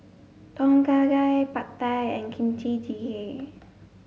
Tom Kha Gai Pad Thai and Kimchi Jjigae